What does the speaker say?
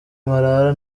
marara